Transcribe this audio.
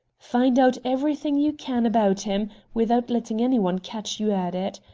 find out everything you can about him without letting any one catch you at it.